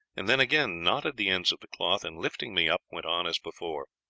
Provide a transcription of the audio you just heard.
and then again knotted the ends of the cloth, and lifting me up, went on as before.